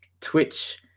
Twitch